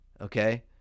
okay